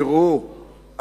תראו,